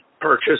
purchase